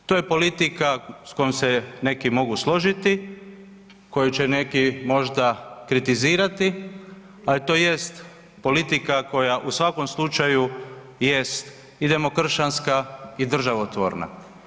To je politika s kojom se neki mogu složiti, koju će neki možda kritizirati, ali to jest politika koja u svakom slučaju jest i demokršćanska i državotvorna.